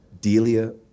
Delia